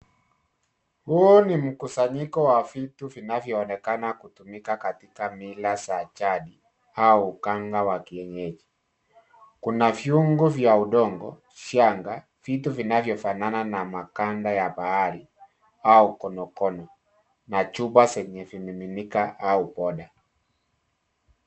Huo ni mkusanyiko wa vitu vinavyoonekana kutumika katika mila za jadi au uganga wa kienyeji. Kuna vyungu vya udongo, shanga, vitu vinavyofanana na maganda ya bahari au konokono, na chupa zenye vimemiminika au poda.